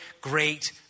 great